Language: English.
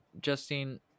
justine